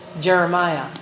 Jeremiah